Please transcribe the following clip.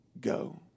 go